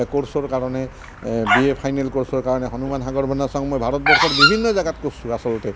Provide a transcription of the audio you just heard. এ ক'ৰ্চৰ কাৰণে B A final ক'ৰ্চৰ কাৰণে হনুমান সাগৰ বন্ধা চাওঁ মই ভাৰতবৰ্ষৰ বিভিন্ন জেগাত কৰিছোঁ আচলতে